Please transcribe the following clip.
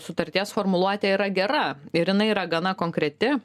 sutarties formuluotė yra gera ir jinai yra gana konkreti